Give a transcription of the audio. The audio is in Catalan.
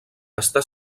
està